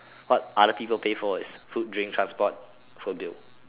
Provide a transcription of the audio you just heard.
what other people pays for is food drink transport phone bill